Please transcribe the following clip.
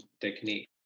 technique